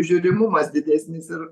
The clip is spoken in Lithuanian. žiūrimumas didesnis ir